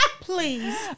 Please